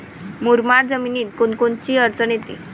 मुरमाड जमीनीत कोनकोनची अडचन येते?